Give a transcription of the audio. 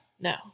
No